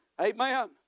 Amen